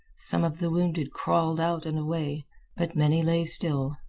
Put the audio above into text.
some of the wounded crawled out and away, but many lay still,